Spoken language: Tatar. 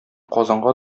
казанга